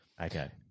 okay